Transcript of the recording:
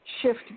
shift